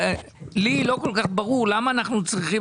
לי לא כל כך ברור למה אנחנו צריכים